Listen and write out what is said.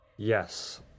Yes